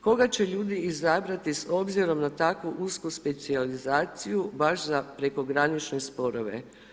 Koga će ljudi izabrati s obzirom na takvu usku specijalizaciju baš za prekogranične sporove.